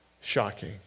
Shocking